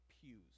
Pews